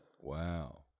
Wow